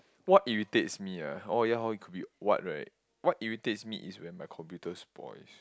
what irritates me ah oh ya hor it could be what right what irritates me is when my computer spoils